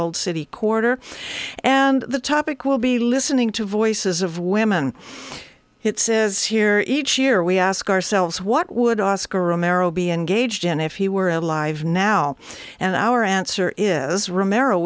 old city quarter and the topic will be listening to voices of women it says here each year we ask ourselves what would oscar romero be engaged in if he were alive now and our answer is remero